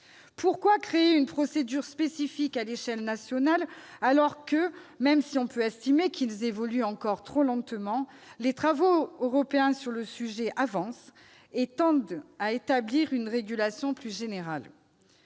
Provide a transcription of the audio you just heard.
Pourquoi créer une procédure spécifique à l'échelle nationale, alors que, même si l'on peut estimer qu'ils évoluent encore trop lentement, les travaux européens sur le sujet avancent et tendent à établir une régulation plus générale ?